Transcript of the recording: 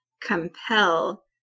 compel